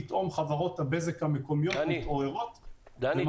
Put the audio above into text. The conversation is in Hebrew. פתאום חברות הבזק המקומיות מתעוררות ומתחילות --- דני,